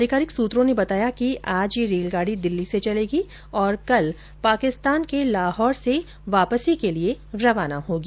अधिकारिक सूत्रों ने बताया कि आज यह रेलगाड़ी दिल्ली से चलेगी और कल पाकिस्तान के लाहौर से वापसी के लिए रवाना होगी